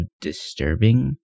disturbing